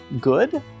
good